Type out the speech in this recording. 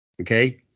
okay